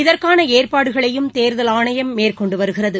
இதற்கான ஏற்பாடுகளையும் தேர்தல் ஆணையம் மேற்கொண்டு வருகிறது